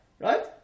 right